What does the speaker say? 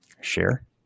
Share